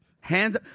Hands